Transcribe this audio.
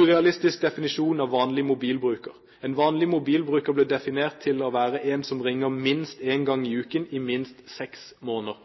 Urealistisk definisjon av «vanlig» mobilbruker: En vanlig mobilbruker ble definert til å være en som ringer minst én gang i uken i minst seks måneder.